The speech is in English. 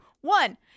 One